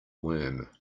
worm